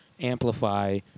amplify